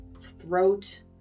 throat